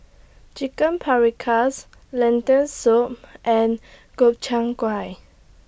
Chicken Paprikas Lentil Soup and Gobchang Gui